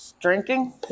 drinking